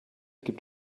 gibt